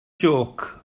jôc